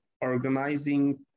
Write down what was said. Organizing